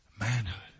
manhood